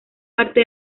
parte